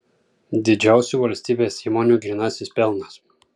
didžiausių valstybės įmonių grynasis pelnas